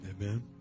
Amen